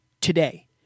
today